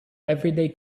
everyday